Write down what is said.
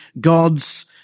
God's